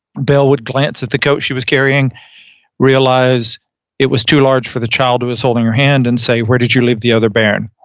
bell would glance at the coat she was carrying realize it was too large for the child who was holding her hand and say, where did you live the other baron?